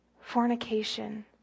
fornication